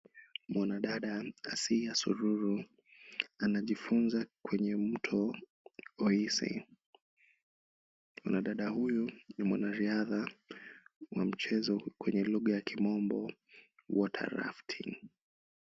Mwanadada, Asiye Sururu anajifunza kwenye mto Oise. Mwanadada huyu ni mwanariadha wa mchezo kwenye lugha ya kimombo, water rafting .